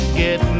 get